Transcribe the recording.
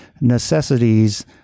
necessities